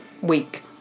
week